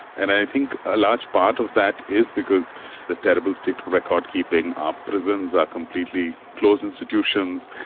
and i think a large part of that is because the terrible state of record keeping. our prisons are completely closed institutions,